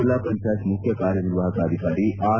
ಜೆಲ್ಲಾ ಪಂಚಾಯತ್ ಮುಖ್ಯಕಾರ್ಯನಿರ್ವಾಹಕ ಅಧಿಕಾರಿ ಆರ್